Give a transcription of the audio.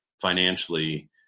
financially